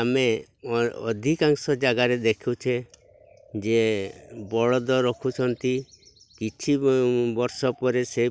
ଆମେ ଅଧିକାଂଶ ଜାଗାରେ ଦେଖୁଛେ ଯେ ବଳଦ ରଖୁଛନ୍ତି କିଛି ବର୍ଷ ପରେ ସେ